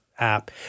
app